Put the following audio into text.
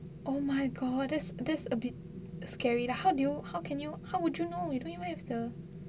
oh my god that's that's a bit scary like how do you how can you how would you know you don't even the